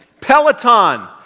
Peloton